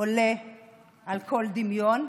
עולה על כל דמיון.